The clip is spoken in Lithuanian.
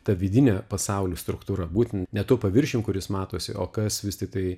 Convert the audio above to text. ta vidine pasaulio struktūra būtent ne tuo paviršium kuris matosi o kas vis tik tai